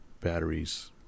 batteries